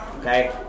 Okay